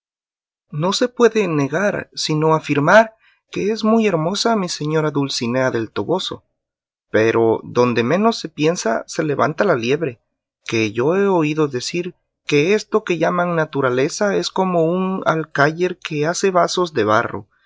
no se puede negar sino afirmar que es muy hermosa mi señora dulcinea del toboso pero donde menos se piensa se levanta la liebre que yo he oído decir que esto que llaman naturaleza es como un alcaller que hace vasos de barro